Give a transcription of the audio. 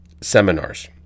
seminars